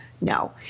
No